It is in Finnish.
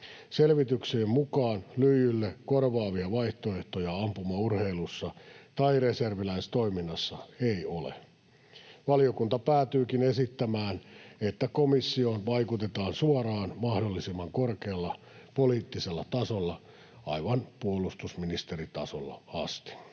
Selvityksien mukaan lyijylle korvaavia vaihtoehtoja ampumaurheilussa tai reserviläistoiminnassa ei ole. Valiokunta päätyykin esittämään, että komissioon vaikutetaan suoraan mahdollisimman korkealla poliittisella tasolla, aivan puolustusministeritasolla asti.